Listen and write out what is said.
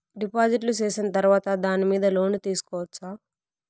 డిపాజిట్లు సేసిన తర్వాత దాని మీద లోను తీసుకోవచ్చా?